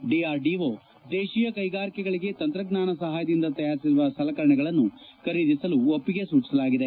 DRDO ದೇಶೀಯ ಕೈಗಾರಿಕೆಗಳಿಗೆ ತಂತ್ರಜ್ಞಾನ ಸಹಾಯದಿಂದ ತಯಾರಿಸಿರುವ ಸಲಕರಣೆಗಳನ್ನು ಖರೀದಿಸಲು ಒಪ್ಪಿಗೆ ಸೂಚಿಸಲಾಗಿದೆ